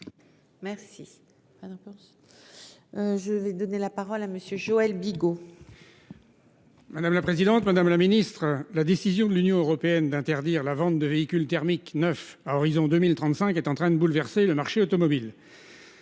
accord. Je vais donner la parole à monsieur Joël Bigot. Madame la présidente, madame la Ministre, la décision de l'Union européenne d'interdire la vente de véhicules thermiques neufs à horizon 2035 est en train de bouleverser le marché automobile.